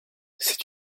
c’est